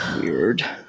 weird